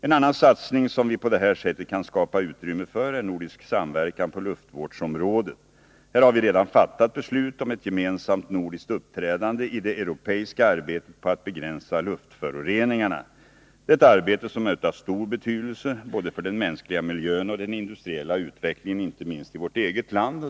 En annan satsning som vi på det här sättet kan skapa utrymme för är nordisk samverkan på luftvårdsområdet. Här har vi redan fattat beslut om ett gemensamt nordiskt uppträdande i det europeiska arbetet på att begränsa luftföroreningarna. Det är ett arbete som är av stor betydelse både för den mänskliga miljön och för den industriella utvecklingen, inte minst i vårt eget land.